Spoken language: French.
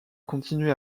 continué